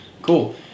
Cool